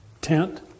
tent